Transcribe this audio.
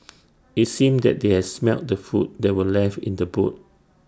IT seemed that they had smelt the food that were left in the boot